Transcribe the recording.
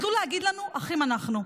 "חדלו להגיד לנו 'אחים אנחנו'.